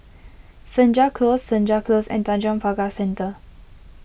Senja Close Senja Close and Tanjong Pagar Centre